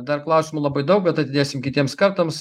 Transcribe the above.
dar klausimų labai daug bet atidėsim kitiems kartams